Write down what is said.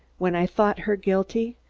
when i thought her guilty,